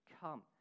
come